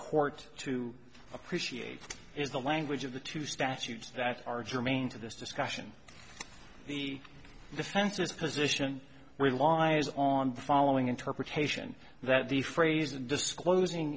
court to appreciate is the language of the two statutes that are germane to this discussion the defense's position relies on the following interpretation that the phrase disclosing